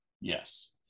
Yes